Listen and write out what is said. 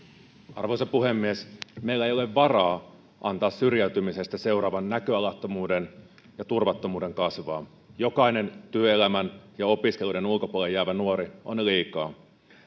arvoisa puhemies meillä ei ole varaa antaa syrjäytymisestä seuraavan näköalattomuuden ja turvattomuuden kasvaa jokainen työelämän ja opiskeluiden ulkopuolelle jäävä nuori on liikaa